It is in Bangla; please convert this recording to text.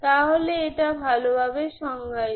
সুতরাং এটি ভালোভাবে সংজ্ঞায়িত